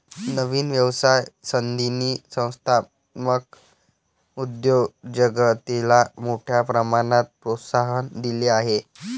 नवीन व्यवसाय संधींनी संस्थात्मक उद्योजकतेला मोठ्या प्रमाणात प्रोत्साहन दिले आहे